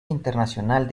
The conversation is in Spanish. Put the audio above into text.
internacional